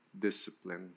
discipline